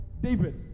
David